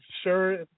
sure